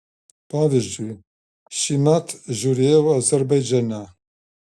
pavyzdžiui šįmet žiūrėjau azerbaidžane